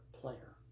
player